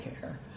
care